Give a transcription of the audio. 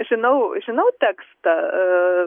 žinau žinau tekstą